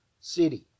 city